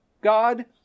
God